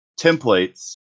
templates